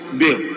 bill